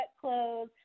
clothes